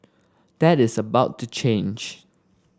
that is about to change